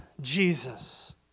Jesus